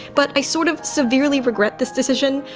but i sort of severely regret this decision.